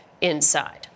inside